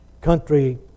country